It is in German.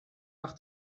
nach